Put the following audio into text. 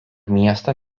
miestą